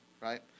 right